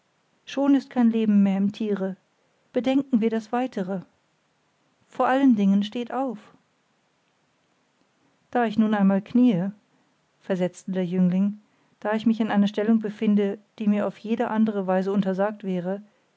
schon ist kein leben mehr im tiere bedenken wir das weitere vor allen dingen steht auf da ich nun einmal kniee versetzte der jüngling da ich mich in einer stellung befinde die mir auf jede andere weise untersagt wäre